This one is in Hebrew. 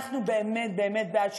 אנחנו באמת באמת בעד שקיפות.